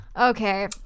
Okay